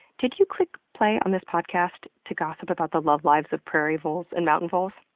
did you click play on this podcast to gossip about the love lives of prairie voles and mountain voles?